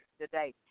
today